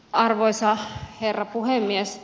arvoisa herra puhemies